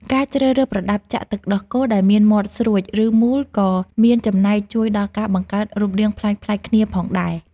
ការជ្រើសរើសប្រដាប់ចាក់ទឹកដោះគោដែលមានមាត់ស្រួច ឬមូល ក៏មានចំណែកជួយដល់ការបង្កើតរូបរាងប្លែកៗគ្នាផងដែរ។